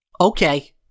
okay